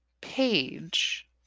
page